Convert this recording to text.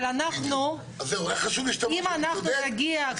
אבל אנחנו --- היה חשוב לי שתאמרי שאני צודק,